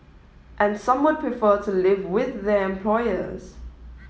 and some would prefer to live with their employers